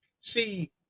See